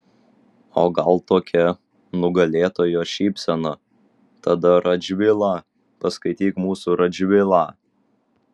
o gal tokia nugalėtojo šypsena tada radžvilą paskaityk mūsų radžvilą